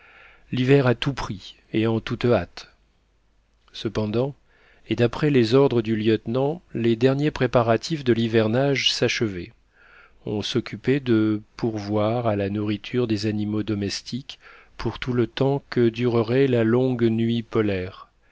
l'hiver à tout prix et en toute hâte cependant et d'après les ordres du lieutenant les derniers préparatifs de l'hivernage s'achevaient on s'occupait de pourvoir à la nourriture des animaux domestiques pour tout le temps que durerait la longue nuit polaire